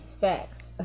facts